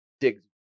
digs